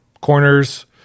corners